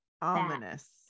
Ominous